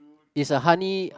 it's a honey